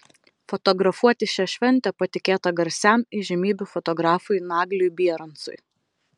fotografuoti šią šventę patikėta garsiam įžymybių fotografui nagliui bierancui